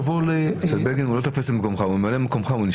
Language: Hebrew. אצל בגין הוא נשאר במקום שלו, הוא ממלא מקומך.